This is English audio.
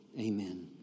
amen